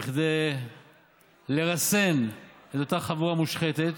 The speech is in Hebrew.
בכדי לרסן את אותה חבורה מושחתת.